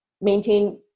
maintain